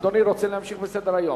אדוני רוצה להמשיך בסדר-היום.